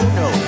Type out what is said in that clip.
no